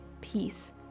peace